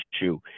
issue